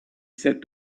said